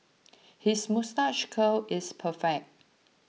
his moustache curl is perfect